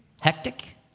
hectic